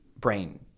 brain